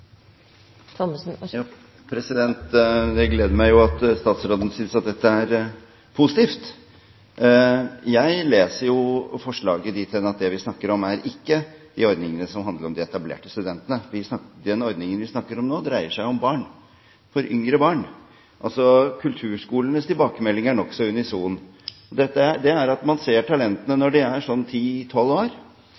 positivt. Jeg leser forslaget dit hen at det vi snakker om, ikke er de ordningene som handler om de etablerte studentene. Den ordningen vi snakker om nå, dreier seg om barn, om yngre barn. Kulturskolenes tilbakemelding er nokså unison, det er at man ser talentene når de er 10–12 år. Fra 12 til 14–15 er kritiske år i forhold til hvilken kompetanse du må bygge opp for å nå